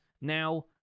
now